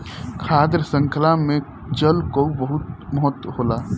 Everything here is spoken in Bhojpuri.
खाद्य शृंखला में जल कअ बहुत महत्व होला